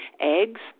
eggs